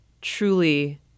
truly